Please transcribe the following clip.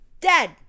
dead